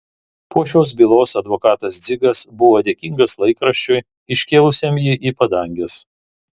po šios bylos advokatas dzigas buvo dėkingas laikraščiui iškėlusiam jį į padanges